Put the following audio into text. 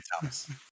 Thomas